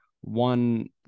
one